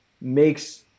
makes